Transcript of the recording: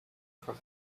from